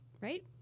Right